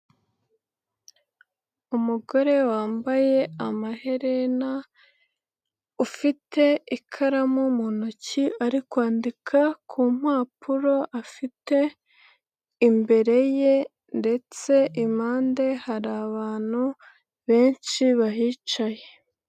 Umugore wambaye amaherena, ufite ikaramu mu ntoki ari kwandika ku mpapuro afite, imbere ye ndetse impande hari abantu benshi bahicaye.